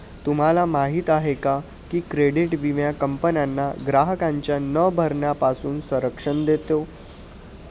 तुम्हाला माहिती आहे का की क्रेडिट विमा कंपन्यांना ग्राहकांच्या न भरण्यापासून संरक्षण देतो